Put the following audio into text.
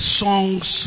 songs